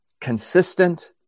consistent